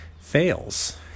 fails